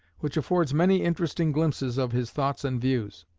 which affords many interesting glimpses of his thoughts and views.